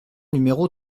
numéro